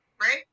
Right